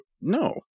no